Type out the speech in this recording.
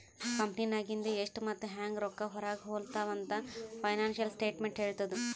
ಕಂಪೆನಿನಾಗಿಂದು ಎಷ್ಟ್ ಮತ್ತ ಹ್ಯಾಂಗ್ ರೊಕ್ಕಾ ಹೊರಾಗ ಹೊಲುತಾವ ಅಂತ್ ಫೈನಾನ್ಸಿಯಲ್ ಸ್ಟೇಟ್ಮೆಂಟ್ ಹೆಳ್ತುದ್